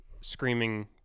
screaming